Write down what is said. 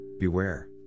beware